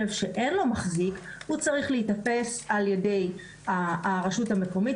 כלב שאין לו מחזיק צריך להיתפס על ידי הרשות המקומית.